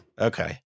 okay